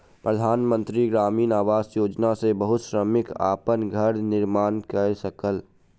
प्रधान मंत्री ग्रामीण आवास योजना सॅ बहुत श्रमिक अपन घर निर्माण कय सकल